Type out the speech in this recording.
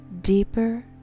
Deeper